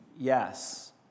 yes